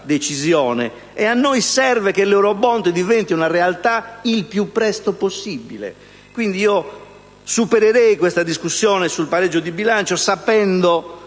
A noi serve che l'*eurobond* diventi una realtà il più presto possibile.